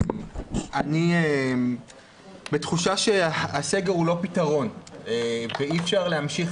אני בתחושה שהסגר הוא לא פתרון ואי אפשר להמשיך